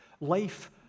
Life